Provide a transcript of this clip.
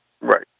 right